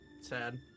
Sad